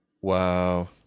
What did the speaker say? Wow